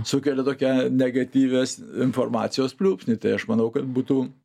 sukelia tokią negatyvios informacijos pliūpsnį tai aš manau kad būtų